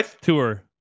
tour